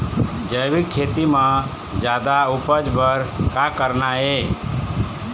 जैविक खेती म जादा उपज बर का करना ये?